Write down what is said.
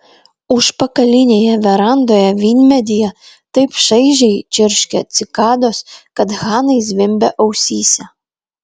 užpakalinėje verandoje vynmedyje taip šaižiai čirškė cikados kad hanai zvimbė ausyse